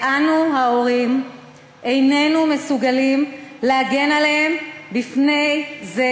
ואנו ההורים איננו מסוגלים להגן על ילדינו מפני זה,